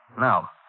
Now